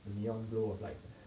the neon glow of lights